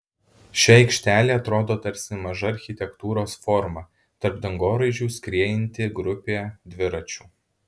ši aikštelė atrodo tarsi maža architektūros forma tarp dangoraižių skriejanti grupė dviračių